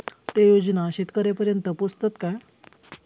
ते योजना शेतकऱ्यानपर्यंत पोचतत काय?